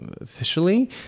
officially